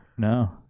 No